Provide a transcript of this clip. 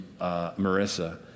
Marissa